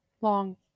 Long